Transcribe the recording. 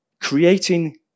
Creating